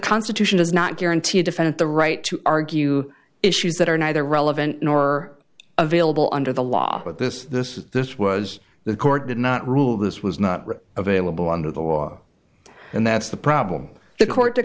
constitution does not guarantee a defendant the right to argue issues that are neither relevant nor available under the law with this this is this was the court did not rule this was not available under the law and that's the problem the court